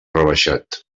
rebaixat